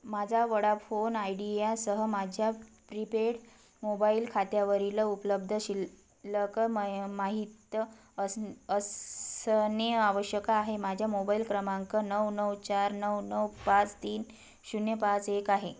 माझा वडाफोन आयडीयासह माझ्या प्रीपेड मोबाईल खात्यावरील उपलब्ध शिल्लक माहीत असणे असणे आवश्यक आहे माझ्या मोबाईल क्रमांक नऊ नऊ चार नऊ नऊ पाच तीन शून्य पाच एक आहे